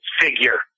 figure